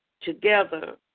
together